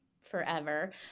forever